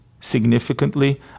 significantly